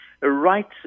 right